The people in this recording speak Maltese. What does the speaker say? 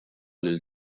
lil